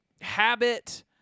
habit